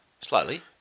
Slightly